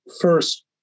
First